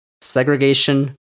segregation